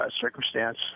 Circumstance